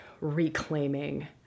reclaiming